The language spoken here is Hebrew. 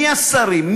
מי השרים?